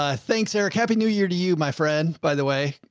ah thanks eric. happy new year to you. my friend, by the way,